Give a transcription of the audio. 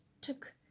took